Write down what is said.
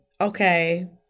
okay –